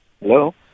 Hello